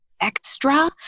extra